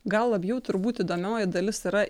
gal labiau turbūt įdomioji dalis yra